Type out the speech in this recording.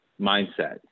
mindset